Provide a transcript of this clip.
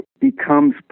becomes